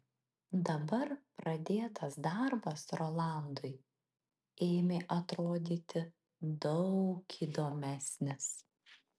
dabar pradėtas darbas rolandui ėmė atrodyti daug įdomesnis